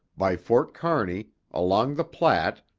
by fort kearney, along the platte,